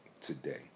today